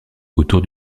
autour